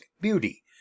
beauty